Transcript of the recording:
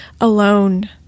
alone